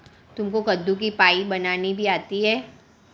तुमको कद्दू की पाई बनानी भी आती है?